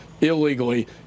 illegally